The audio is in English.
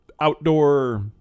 outdoor